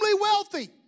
wealthy